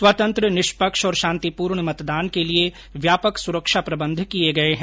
स्वतंत्र निष्पक्ष और शांतिपूर्ण मतदान के लिये व्यापक सुरक्षा प्रबंध किये गये हैं